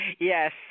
Yes